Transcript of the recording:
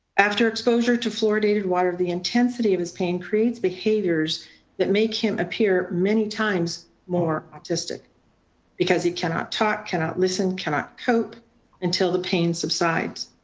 after exposure to fluoridated water, the intensity of his pain creates behaviors that make him appear many times more autistic because he cannot talk, cannot listen, cannot cope until the pain subsides.